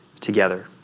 together